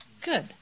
Good